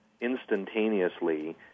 instantaneously